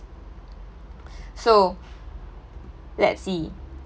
so let's see